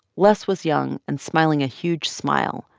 les was young and smiling a huge smile,